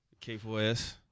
K4S